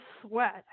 sweat